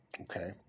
okay